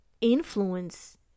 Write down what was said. influence